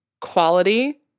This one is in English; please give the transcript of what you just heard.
quality